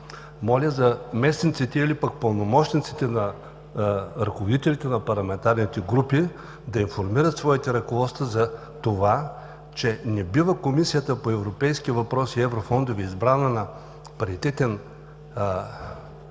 Моля, заместниците, или пък пълномощниците на ръководителите на парламентарните групи да информират своите ръководства за това, че не бива Комисията по европейски въпроси и европейските фондове, избрана на паритетен принцип,